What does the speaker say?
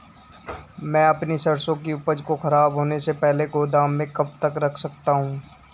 मैं अपनी सरसों की उपज को खराब होने से पहले गोदाम में कब तक रख सकता हूँ?